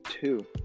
two